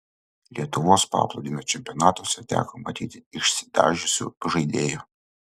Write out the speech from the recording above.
lietuvos paplūdimio čempionatuose teko matyti išsidažiusių žaidėjų